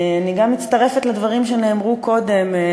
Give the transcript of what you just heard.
אני גם מצטרפת לדברים שנאמרו קודם.